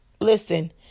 listen